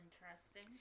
Interesting